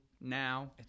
Now